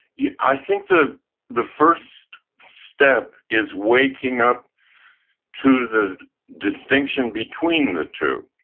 yeah i think the the first step is waking up to the distinction between the two,